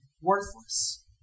worthless